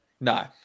No